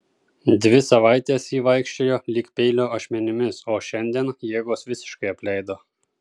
dvi savaites ji vaikščiojo lyg peilio ašmenimis o šiandien jėgos visiškai apleido